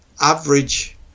average